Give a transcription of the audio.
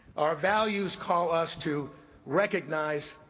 our values call us to recognize,